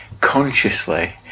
consciously